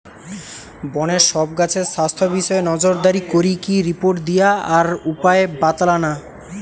বনের সব গাছের স্বাস্থ্য বিষয়ে নজরদারি করিকি রিপোর্ট দিয়া আর উপায় বাৎলানা